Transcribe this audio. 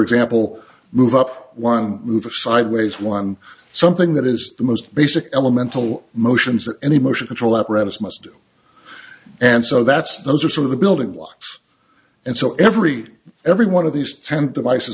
example move up one move or sideways one something that is the most basic elemental motions or any motion control apparatus must and so that's those are sort of the building one and so every every one of these ten devices